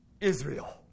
Israel